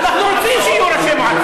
אנחנו רוצים שיהיו ראשי מועצות.